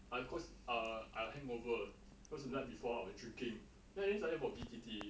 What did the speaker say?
I cause ah I hangover cause the night before I was drinking then I didn't study for B_T_T